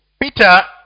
Peter